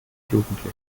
jugendliche